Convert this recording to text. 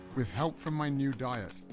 with help from my new diet,